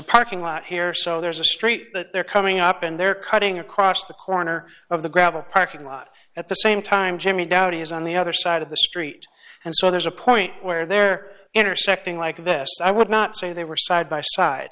a parking lot here so there's a street that they're coming up and they're cutting across the corner of the gravel parking lot at the same time jimmy dowdy is on the other side of the street and so there's a point where they're intersecting like this i would not say they were side by side